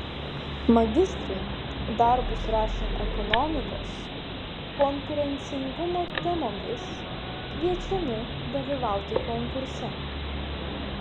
magistrai darbus rašę ekonomikos konkurencingumo temomis kviečiami dalyvauti konkurse